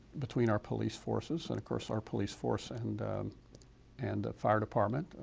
between our police forces and of course our police force and and fire department,